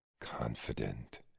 confident